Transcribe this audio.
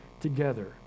together